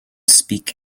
speak